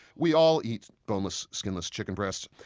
we all eat boneless, skinless chicken breast.